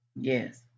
Yes